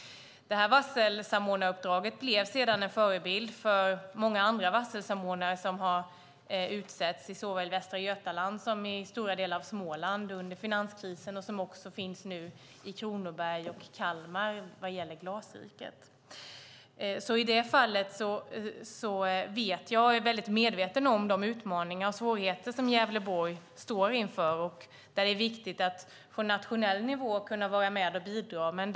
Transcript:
Detta varselsamordnaruppdrag blev sedan en förebild för många andra varselsamordnare som har utsetts i såväl Västra Götaland som stora delar av Småland under finanskrisen och som nu finns också i Kronoberg och Kalmar vad gäller Glasriket. I det fallet är jag mycket medveten om de utmaningar och svårigheter som Gävleborg står inför. Där är det viktigt att vara med och kunna bidra från nationell nivå.